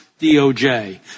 DOJ